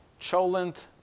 cholent